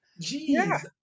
Jeez